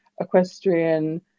equestrian